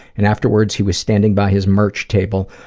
and afterwards he was standing by his merch table,